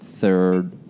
Third